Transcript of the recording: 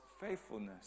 faithfulness